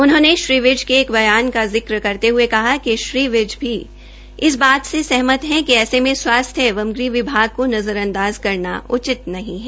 उन्होंने श्री विज के एक ब्यान का जिक्र करते हये कहा कि श्री विज भी सहमत है कि ऐसे मे स्वास्थ्य एंव ग़ह विभाग को नज़र अदाज़ करना उचित नहीं है